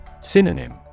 Synonym